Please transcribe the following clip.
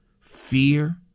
Fear